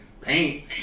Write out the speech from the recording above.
paint